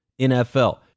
NFL